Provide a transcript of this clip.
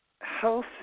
health